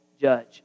judge